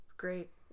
great